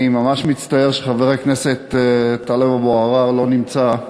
אני ממש מצטער שחבר הכנסת טלב אבו עראר לא נמצא,